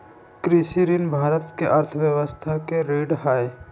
कृषि ऋण भारत के अर्थव्यवस्था के रीढ़ हई